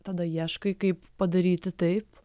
tada ieškai kaip padaryti taip